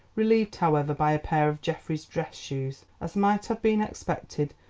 relieved, however, by a pair of geoffrey's dress shoes. as might have been expected,